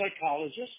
psychologist